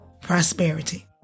prosperity